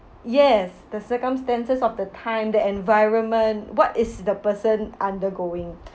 yes the circumstances of the time that environment what is the person undergoing